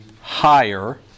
higher